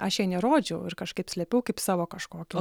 aš jai nerodžiau ir kažkaip slėpiau kaip savo kažkokį